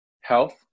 health